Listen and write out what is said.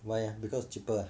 why because cheaper ah